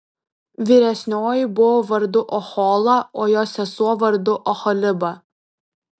vyresnioji buvo vardu ohola o jos sesuo vardu oholiba